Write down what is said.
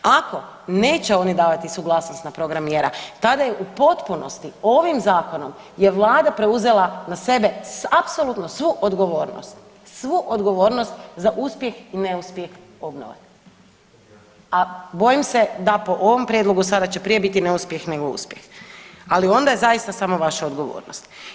Ako neće oni davati suglasnost na program mjera tada je u potpunosti ovim zakonom je vlada preuzela na sebe apsolutno svu odgovornost, svu odgovornost za uspjeh i neuspjeh obnove, a bojim se da po ovom prijedlogu sada će prije biti neuspjeh nego uspjeh, ali onda je zaista samo vaša odgovornost.